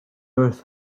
earth